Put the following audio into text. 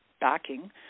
backing